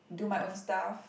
do my own stuff